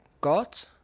got